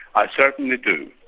i certainly do.